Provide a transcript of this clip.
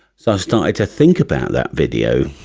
so i started to think about that video